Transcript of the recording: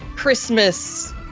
Christmas